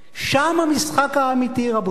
שם המשחק האמיתי, רבותי,